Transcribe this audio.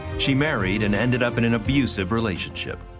she married and ended up in an abusive relationship.